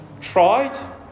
tried